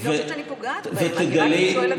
אני לא חושבת שאני פוגעת בהם, אני רק שואלת שאלה.